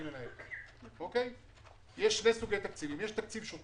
שנע סביב 12 מיליון שקל לשנה,